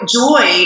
joy